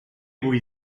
vull